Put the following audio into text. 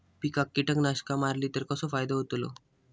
पिकांक कीटकनाशका मारली तर कसो फायदो होतलो?